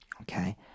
Okay